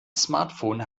smartphone